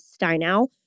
Steinau